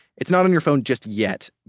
it's not on your phone just yet,